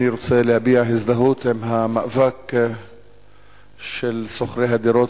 אני רוצה להביע הזדהות עם המאבק של שוכרי הדירות,